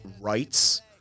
rights